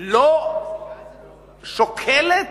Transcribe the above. לא שוקלת